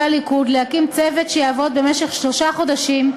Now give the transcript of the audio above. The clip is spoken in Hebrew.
הליכוד להקים צוות שיעבוד במשך שלושה חודשים,